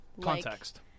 context